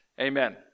Amen